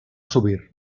subir